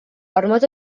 ormod